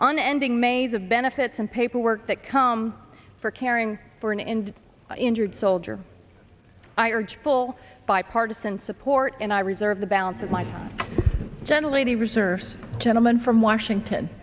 unending maze of benefits and paperwork that come for caring for an end injured soldier i urge full bipartisan support and i reserve the balance of my gentle lady reserves gentleman from washington